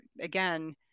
again